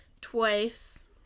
twice